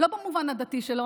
לא במובן הדתי שלו,